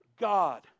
God